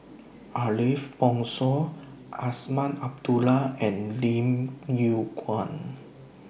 Ariff Bongso Azman Abdullah and Lim Yew Kuan